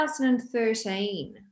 2013